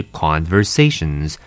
conversations